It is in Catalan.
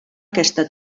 aquesta